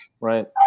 Right